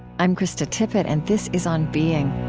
i'm krista tippett, and this is on being